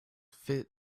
fit